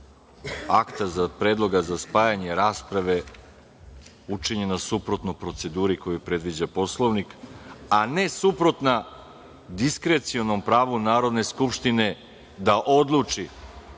akata, predloga za spajanje rasprave učinjena suprotno proceduri koju predviđa Poslovnik, a ne suprotna diskrecionom pravu Narodne skupštine da odluči